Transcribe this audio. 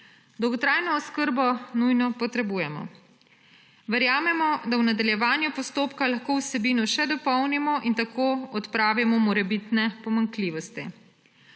Dolgotrajno oskrbo nujno potrebujemo. Verjamemo, da v nadaljevanju postopka lahko vsebino še dopolnimo in tako odpravimo morebitne pomanjkljivosti.